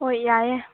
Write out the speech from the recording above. ꯍꯣꯏ ꯌꯥꯏꯌꯦ